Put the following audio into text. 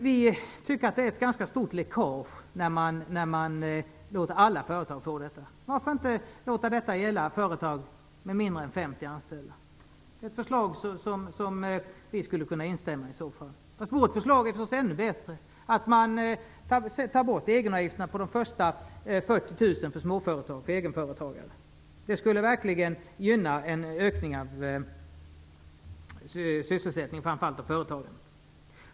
Vi tycker att det är ett ganska stort läckage när man låter alla företag få detta. Varför inte låta det gälla företag med mindre än 50 anställda? Det förslaget skulle vi i så fall kunna instämma i. Men vårt förslag är naturligtvis ännu bättre: att man tar bort egenavgifterna på de första 40 000 kronorna för egenföretagare. Det skulle verkligen gynna en ökning av sysselsättningen, framför allt av företagandet.